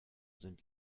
sind